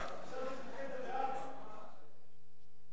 של חברת הכנסת ציפי חוטובלי, התקבלה